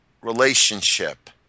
relationship